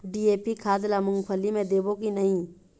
DAP खाद ला मुंगफली मे देबो की नहीं?